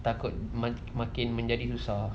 takut makin menjadi lusa